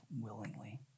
willingly